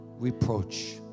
reproach